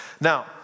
Now